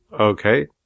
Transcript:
Okay